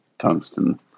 tungsten